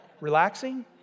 Relaxing